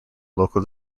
local